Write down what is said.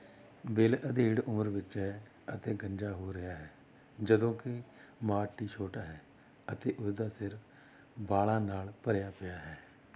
bill ਅਧੇੜ ਉਮਰ ਵਿਚ ਹੈ ਅਤੇ ਗੰਜਾ ਹੋ ਰਿਹਾ ਹੈ ਜਦੋਂ ਕਿ ਮਾਰਟੀ ਛੋਟਾ ਹੈ ਅਤੇ ਉਸਦਾ ਸਿਰ ਵਾਲਾਂ ਨਾਲ ਭਰਿਆ ਪਿਆ ਹੈ